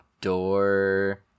door